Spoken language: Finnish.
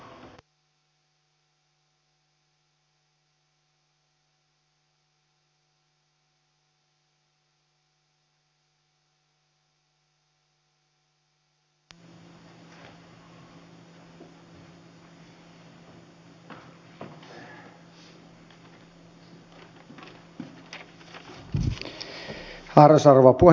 arvoisa rouva puhemies